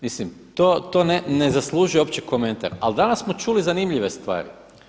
Mislim to ne zaslužuje uopće komentar, ali danas smo čuli zanimljive stvari.